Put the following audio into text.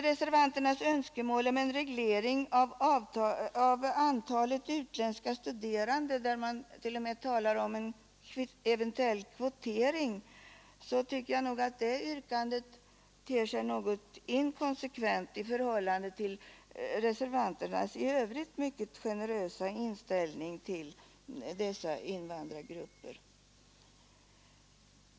Reservanternas önskemål om en reglering av antalet utländska studerande — man talar t.o.m. om en eventuell kvotering — tycker jag ter sig något inkonsekvent i förhållande till deras i övrigt mycket generösa inställning till dessa invandrargrupper.